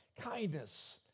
Kindness